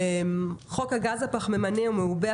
חוק הגז הפחמימני המעובה,